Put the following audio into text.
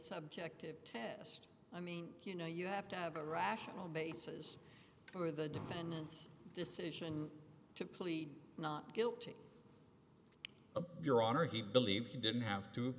subjective test i mean you know you have to have a rational basis for the defendant's decision to plead not guilty your honor he believes he didn't have to